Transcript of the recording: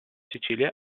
sicilia